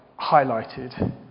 highlighted